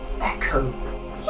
echo